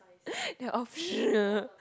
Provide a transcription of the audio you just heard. then all